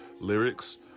Lyrics